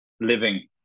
living